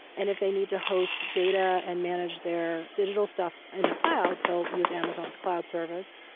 and if they need to host data and manage their digital stuff in the cloud they'll use amazon's cloud service.